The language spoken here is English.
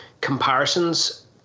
comparisons